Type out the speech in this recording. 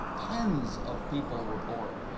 tens of people were bored.